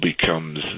becomes